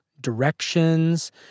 directions